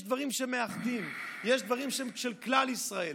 יש דברים שמאחדים, יש דברים שהם של כלל ישראל.